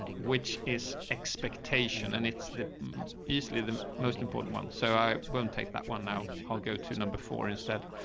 which is expectation and it's the easily the most important one. so i won't take that one now. i'll go to number four instead.